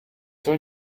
soll